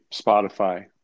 Spotify